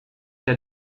der